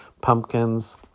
pumpkins